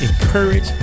encourage